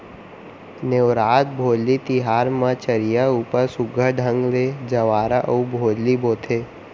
नेवरात, भोजली तिहार म चरिहा ऊपर सुग्घर ढंग ले जंवारा अउ भोजली बोथें